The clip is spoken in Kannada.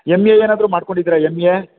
ಎಮ್ ಎ ಏನಾದರು ಮಾಡಿಕೊಂಡಿದ್ದೀರ ಎಮ್ ಎ